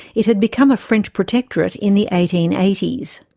it had become a french protectorate in the eighteen eighty s.